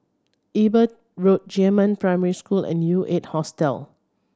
Eber Road Jiemin Primary School and U Eight Hostel